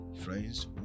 friends